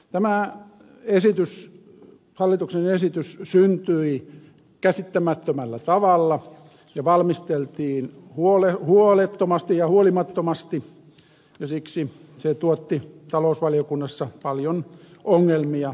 tämä hallituksen esitys syntyi käsittämättömällä tavalla ja valmisteltiin huolettomasti ja huolimattomasti ja siksi se tuotti talousvaliokunnassa paljon ongelmia